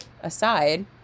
aside